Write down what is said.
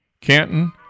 Canton